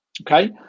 okay